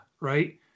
right